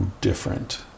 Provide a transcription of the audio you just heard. different